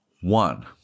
One